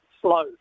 slow